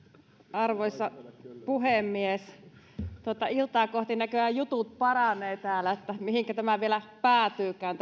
arvoisa puhemies iltaa kohti näköjään jutut paranevat täällä mihinkä tämä ilta tai yö vielä päätyykään